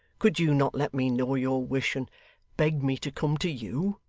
could you not let me know your wish, and beg me to come to you